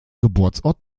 geburtsort